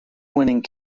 winning